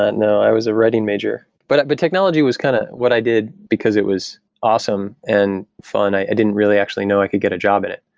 ah no. i was a writing major. but the but technology was kind of what i did because it was awesome and fun. i didn't really actually know i could get a job in it.